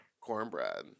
cornbread